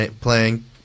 Playing